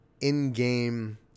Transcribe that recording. in-game